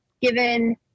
given